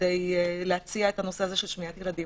כדי להציע את הנושא של שמיעת ילדים,